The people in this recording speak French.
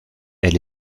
elle